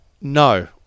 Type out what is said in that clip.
no